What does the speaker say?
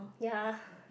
ya